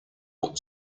ought